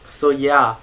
so ya